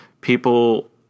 people